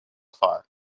far